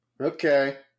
Okay